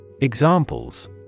Examples